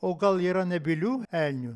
o gal yra nebylių elnių